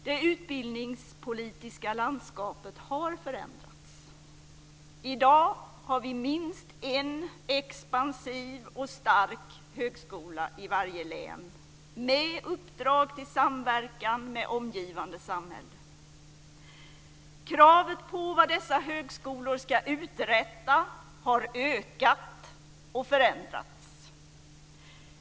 Det utbildningspolitiska landskapet har förändrats. I dag har vi minst en expansiv och stark högskola i varje län, med uppdrag att samverka med omgivande samhälle. Kravet på vad dessa högskolor ska uträtta har ökat och förändrats.